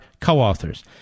co-authors